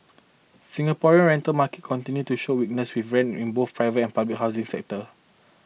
Singaporean rental market continued to show weakness with rents in both private and public housing segments